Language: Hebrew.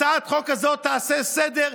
הצעת החוק הזאת תעשה סדר,